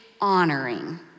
honoring